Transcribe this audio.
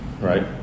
right